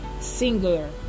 singular